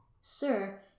Sir